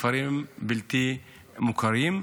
בכפרים בלתי מוכרים,